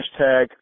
hashtag